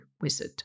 Wizard